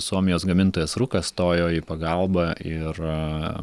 suomijos gamintojas rukka stojo į pagalbą ir